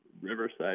Riverside